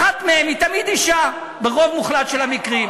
אחת מהם היא תמיד אישה, ברוב מוחלט של המקרים.